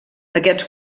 aquests